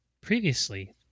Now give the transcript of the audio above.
previously